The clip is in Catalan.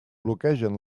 bloquegen